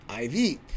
IV